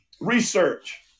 research